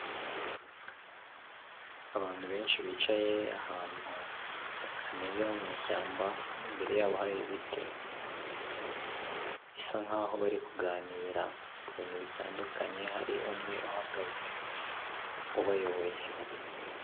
Iri ni icupa riba ririmo umuti wifashishwa mu kuzimya inkongi y'umuriro n’ icupa ry'umutuku kandi rishyirwa ku nyubako zihuriramo abantu benshi cyane nk'amasoko, ibitaro cyangwa ama hoteli ahantu hose haba hari abantu benshi ziba zihari kugira ngo mu gihe habaye ibyago by'inkongi y'umuriro hifashishwe mu kuzimya.